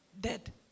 dead